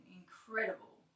incredible